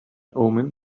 omens